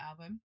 album